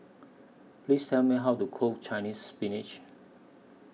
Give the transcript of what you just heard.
Please Tell Me How to Cook Chinese Spinach